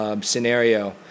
scenario